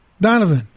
Donovan